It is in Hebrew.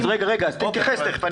רגע, תתייחס תכף.